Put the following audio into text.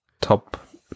top